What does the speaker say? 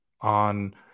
on